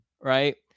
Right